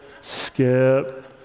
skip